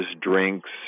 drinks